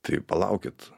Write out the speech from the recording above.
tai palaukit